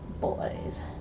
boys